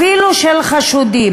אפילו של חשודים,